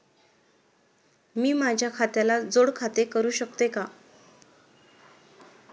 मी माझ्या खात्याला जोड खाते करू शकतो का?